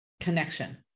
connection